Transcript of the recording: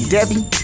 Debbie